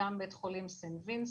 וגם בסנט וינסנט,